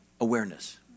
awareness